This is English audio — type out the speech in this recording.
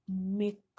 make